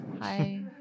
hi